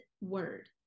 word